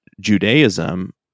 Judaism